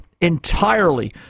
entirely